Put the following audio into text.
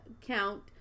count